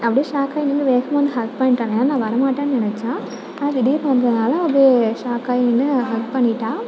அப்படியே ஷாக்காகி நின்று வேகமாக வந்து ஹக் பண்ட்டாள் ஏன்னால் நான் வர மாட்டேன் நினைச்சா ஆனால் திடீரெனு வந்தனால் அப்படியே ஷாக்காகி நின்று ஹக் பண்ணிட்டாள்